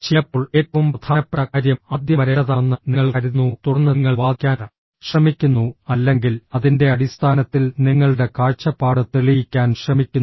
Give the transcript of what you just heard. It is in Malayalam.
ചിലപ്പോൾ ഏറ്റവും പ്രധാനപ്പെട്ട കാര്യം ആദ്യം വരേണ്ടതാണെന്ന് നിങ്ങൾ കരുതുന്നു തുടർന്ന് നിങ്ങൾ വാദിക്കാൻ ശ്രമിക്കുന്നു അല്ലെങ്കിൽ അതിന്റെ അടിസ്ഥാനത്തിൽ നിങ്ങളുടെ കാഴ്ചപ്പാട് തെളിയിക്കാൻ ശ്രമിക്കുന്നു